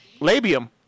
labium